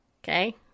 Okay